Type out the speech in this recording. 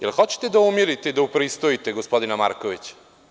Da li hoćete da umirite i da upristojite gospodina Markovića.